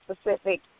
specific